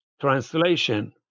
translation